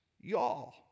y'all